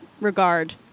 regard